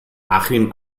achim